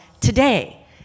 today